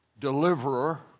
deliverer